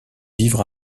vivre